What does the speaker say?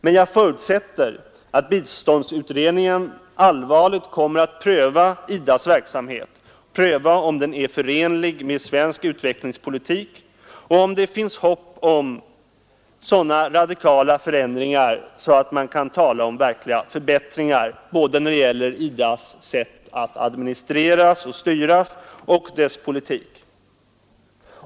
Men jag förutsätter att biståndsutredningen allvarligt kommer att pröva IDA:s verksamhet, om denna är förenlig med svensk utvecklingspolitik och om det finns hopp om så radikala förändringar, att man kan tala om verkliga förbättringar både när det gäller IDA:s sätt att administrera och dess politik.